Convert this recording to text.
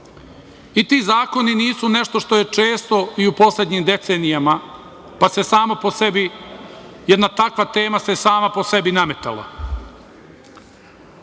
i ti zakoni nisu nešto što je često u poslednjim decenijama, pa se samo po sebi, jedna takva tema se sama po sebi nametala. Ratovi